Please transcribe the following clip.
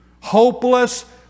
Hopeless